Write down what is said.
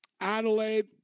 Adelaide